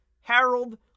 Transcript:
Harold